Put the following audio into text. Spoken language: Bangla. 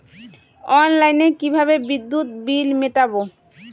অনলাইনে কিভাবে বিদ্যুৎ বিল মেটাবো?